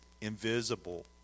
invisible